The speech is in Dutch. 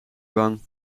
bang